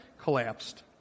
collapsed